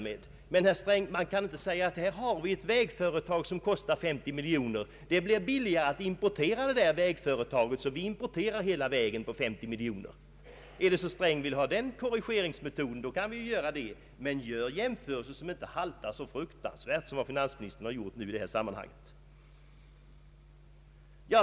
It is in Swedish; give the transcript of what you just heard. Men man kan inte säga, herr Sträng, att vi här har ett vägföretag som kostar 50 miljoner och att det blir billigare att importera detta, alltså importerar vi hela vägen på 50 miljoner. Om herr Sträng vill ha den korrigeringsmetoden så kan vi ju använda den. Men gör jämförelser som inte haltar så fruktansvärt som dem finansministern har gjort i detta sammanhang!